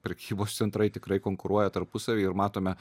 prekybos centrai tikrai konkuruoja tarpusavyje ir matome